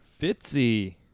Fitzy